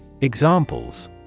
Examples